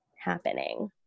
happening